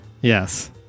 yes